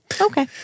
Okay